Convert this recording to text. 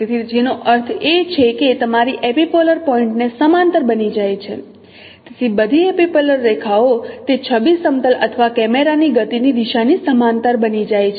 તેથી જેનો અર્થ એ છે કે તમારી એપિપોલર પોઇન્ટ તે સમાંતર બની જાય છે તેથી બધી એપિપોલર રેખાઓ તે છબી સમતલ અથવા કેમેરાની ગતિની દિશા ની સમાંતર બની જાય છે